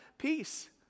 peace